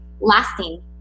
Lasting